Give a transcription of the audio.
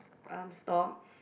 um store